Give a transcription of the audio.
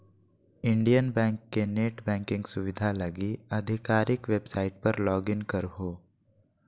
Indian bank के net banking सुविधा लगी आधिकारिक वेबसाइट पर लॉगिन करहो